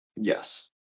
Yes